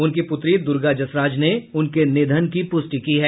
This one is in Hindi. उनकी पुत्री दुर्गा जसराज ने उनके निधन की पुष्टि की है